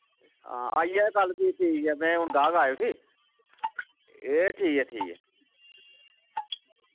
हां आई जाएओ कल फ्ही ठीक ऐ में हून गाह्क आए उठी ए ठीक ऐ ठीक ऐ